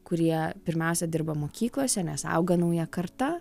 kurie pirmiausia dirba mokyklose nes auga nauja karta